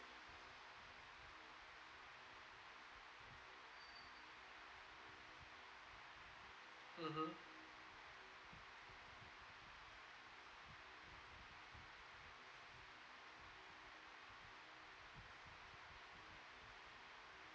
mmhmm